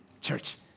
Church